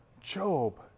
Job